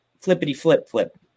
flippity-flip-flip